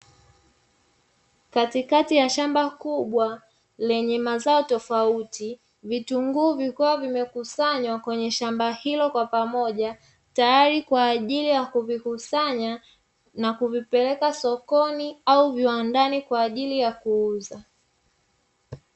Katikati ya shamba kubwa lenye mazao tofauti vitunguu vikiwa vimekusanywa kwenye shamba hilo kwa pamoja, tayari kwa ajili ya kuvikusanya na kuvipeleka sokoni au viwandani kwa ajili ya kuuza.